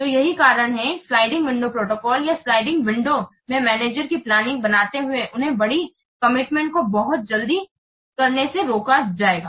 तो यही कारण है कि स्लाइडिंग विंडो प्रोटोकॉल या स्लाइडिंग विंडो में मैनेजर की प्लानिंग बनाते हुए उन्हें बड़ी कमिटमेंट को बहुत जल्दी करने से रोका जाएगा